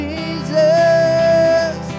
Jesus